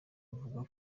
avuga